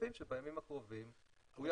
מצפים שבימים הקרובים הוא יחתום עליהן.